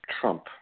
Trump